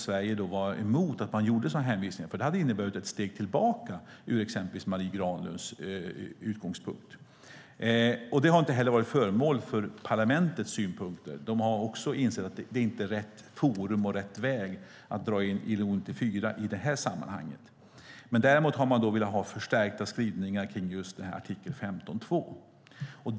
Sverige var därför emot att man skulle göra sådana hänvisningar eftersom det hade inneburit ett steg tillbaka sett ur exempelvis Marie Granlunds synvinkel. Det har inte heller varit föremål för parlamentets synpunkter. Där har man också insett att det inte rätt forum och rätt väg att dra in ILO 94 i detta sammanhang. Däremot har man velat ha förstärkta skrivningar för just artikel 15.2.